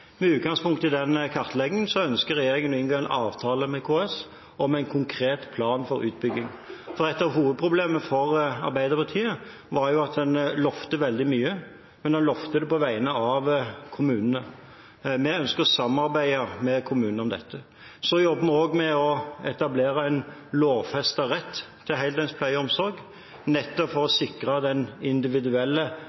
Med utgangspunkt i den kartleggingen ønsker regjeringen å inngå en avtale med KS om en konkret plan for utbygging, for et av hovedproblemene for Arbeiderpartiet var at en lovet veldig mye, men en lovet det på vegne av kommunene. Vi ønsker å samarbeide med kommunene om dette. Vi jobber også med å etablere en lovfestet rett til heldøgns pleie og omsorg, nettopp for å sikre den individuelle